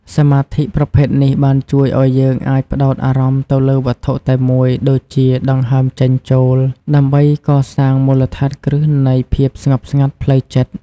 សមាធិប្រភេទនេះបានជួយឱ្យយើងអាចផ្តោតអារម្មណ៍ទៅលើវត្ថុតែមួយដូចជាដង្ហើមចេញចូល ដើម្បីកសាងមូលដ្ឋានគ្រឹះនៃភាពស្ងប់ស្ងាត់ផ្លូវចិត្ត។